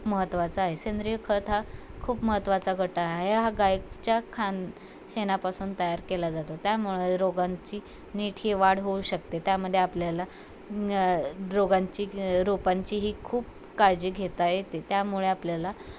महत्त्वाचा आहे सेंद्रीय खत हा खूप महत्त्वाचा गटा आहे हा गायकच्या खान शेणापासून तयार केला जातो त्यामुळे रोगांची नीट हे वाढ होऊ शकते त्यामध्ये आपल्याला रोगांची रोपांची ही खूप काळजी घेता येते त्यामुळे आपल्याला